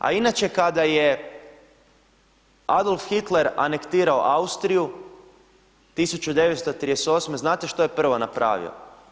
A inače kada je Adolf Hitler anektirao Austriju 1938 znate što je prvo napravio?